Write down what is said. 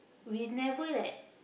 we never leh